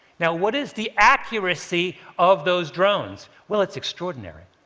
now what is the accuracy of those drones? well it's extraordinary.